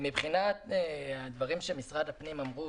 מבחינת הדברים שאמרו במשרד הפנים,